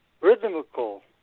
rhythmical